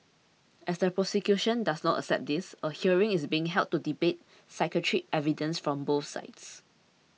as the prosecution does not accept this a hearing is being held to debate psychiatric evidence from both sides